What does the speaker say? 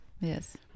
Yes